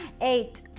Eight